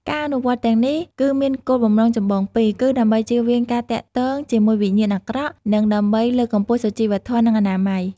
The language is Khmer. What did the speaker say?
ការអនុវត្តទាំងនេះគឺមានគោលបំណងចម្បងពីរ គឺ ដើម្បីជៀសវាងការទាក់ទងជាមួយវិញ្ញាណអាក្រក់ និង ដើម្បីលើកកម្ពស់សុជីវធម៌ និងអនាម័យ ។